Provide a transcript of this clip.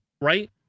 right